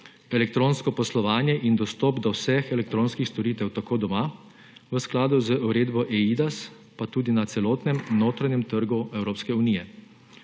elektronsko poslovanje in dostop do vseh elektronskih storitev doma, v skladu z uredbo eIDAS, pa tudi na celotnem notranjem trgu Evropske unije,